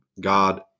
God